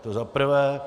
To za prvé.